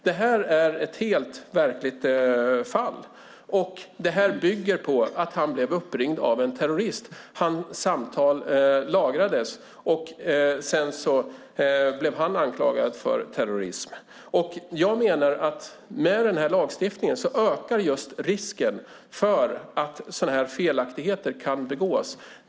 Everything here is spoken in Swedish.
Detta är ett helt verkligt fall, och det bygger på att han blev uppringd av en terrorist och att samtalet lagrades. Sedan blev han anklagad för terrorism. Jag menar att denna lagstiftning ökar risken för att sådana felaktigheter kan begås.